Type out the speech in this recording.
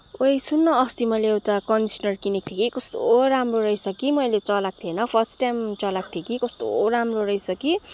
ओए सुन न अस्ति मैले एउटा कन्डिशनर किनेको थिएँ कस्तो राम्रो रहेछ कि मैले चलाएको थिइनँ फर्स्ट टाइम चलाएको थिएँ कि कस्तो राम्रो रहेछ कि